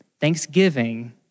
thanksgiving